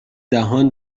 دهان